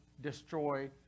destroy